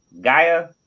gaia